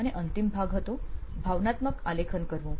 અને અંતિમ ભાગ હતો ભાવનાત્મક આલેખન કરવું